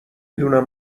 دونم